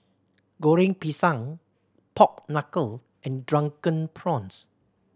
Goreng Pisang pork knuckle and Drunken Prawns